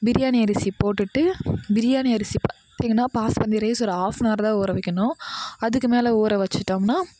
பிரியாணி அரிசி போட்டுகிட்டு பிரியாணி அரிசி பார்த்திங்கன்னா பாஸ்மதி ரைஸ் ஒரு ஹாஃப் அண்ட் ஹவர் தான் ஊற வைக்கணும் அதுக்கு மேலே ஊற வச்சிவிட்டோம்னா